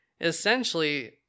essentially